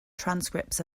transcripts